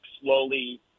slowly